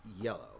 yellow